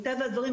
מטבע הדברים,